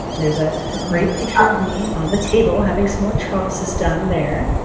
there's a great picture of me on the table having some electrolysis done there.